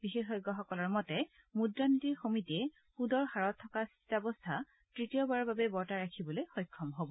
বিশেষজ্ঞসকলৰ মতে মুদ্ৰা নীতিৰ সমিতিয়ে সুদৰ হাৰত থকা স্থিতাৰস্থা তৃতীয়বাৰৰ বাবে বৰ্তাই ৰাখিবলৈ সক্ষম হ'ব